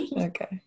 Okay